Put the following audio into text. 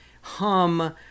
hum